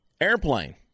Airplane